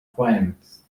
requirements